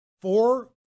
Four